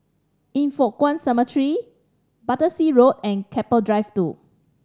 Yin Foh Kuan Cemetery Battersea Road and Keppel Drive Two